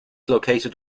located